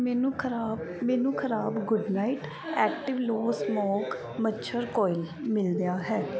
ਮੈਨੂੰ ਖ਼ਰਾਬ ਮੈਨੂੰ ਖ਼ਰਾਬ Good Knight active low smoke ਮੱਛਰ ਕੋਇਲ ਮਿਲਿਆ ਹੈ